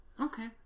Okay